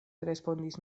respondis